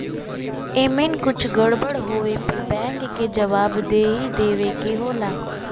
एमन कुछ गड़बड़ होए पे बैंक के जवाबदेही देवे के होला